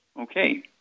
Okay